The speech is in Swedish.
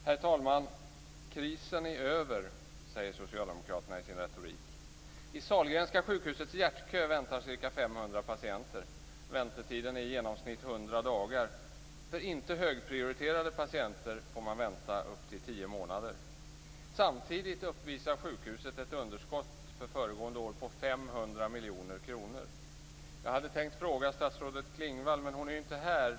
Herr talman! Krisen är över, säger socialdemokraterna i sin retorik. I Sahlgrenska sjukhusets hjärtkö väntar ca 500 patienter. Väntetiden är i genomsnitt 100 dagar, och inte högprioriterade patienter får vänta upp till tio månader. Samtidigt uppvisar sjukhuset ett underskott för föregående år på 500 miljoner kronor. Jag hade tänkt ställa en fråga till statsrådet Klingvall, men hon är ju inte här.